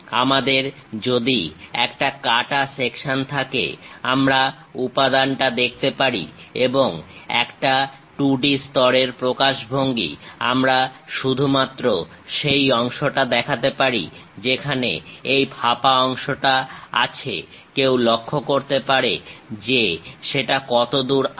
আমাদের যদি একটা কাটা সেকশন থাকে আমরা উপাদানটা দেখতে পারি এবং একটা 2 D স্তরের প্রকাশভঙ্গি আমরা শুধুমাত্র সেই অংশটা দেখাতে পারি যেখানে এই ফাঁপা অংশটা আছে কেউ লক্ষ্য করতে পারে যে সেটা কতদূর আছে